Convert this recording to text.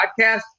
podcast